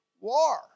war